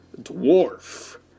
Dwarf